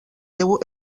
déu